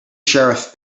sheriff